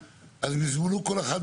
הקבלנים,